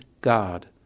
God